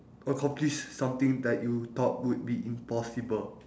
accomplish something that you thought would be impossible